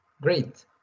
Great